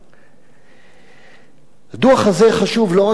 הדוח הזה חשוב לא רק בגלל הקביעה העקרונית של "הכיבוש",